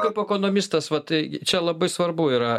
kaip ekonomistas va tai čia labai svarbu yra